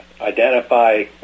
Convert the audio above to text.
identify